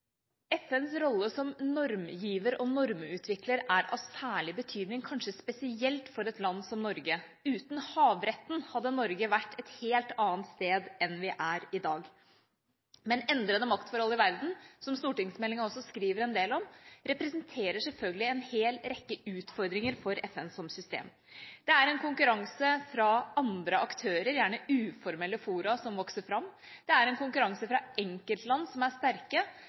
FNs rolle som normgiver og normutvikler er av særlig betydning, kanskje spesielt for et land som Norge. Uten havretten hadde Norge vært et helt annet sted enn vi er i dag. Men endrede maktforhold i verden, som stortingsmeldingen også skriver en del om, representerer selvfølgelig en hel rekke utfordringer for FN som system. Det er en konkurranse fra andre aktører, gjerne uformelle fora som vokser fram. Det er en konkurranse fra enkeltland som er sterke